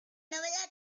novela